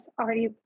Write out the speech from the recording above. already